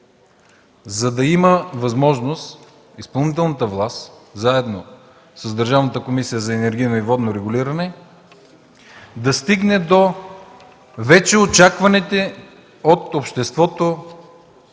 за да има възможност изпълнителната власт, заедно с Държавната комисия за енергийно и водно регулиране, да стигне до вече очакваните от обществото